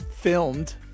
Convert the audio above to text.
filmed